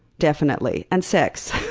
definitely. and sex.